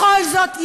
בכל זאת,